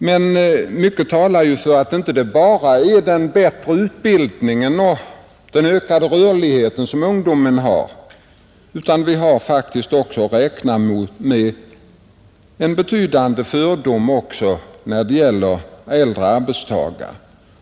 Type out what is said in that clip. Men mycket talar för att det inte bara är den bättre utbildningen och ungdomens större rörlighet, utan att vi faktiskt också har att räkna med betydande fördomar när det gäller äldre arbetstagare.